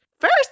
First